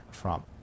Trump